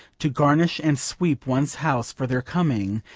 to garnish and sweep one's house for their coming,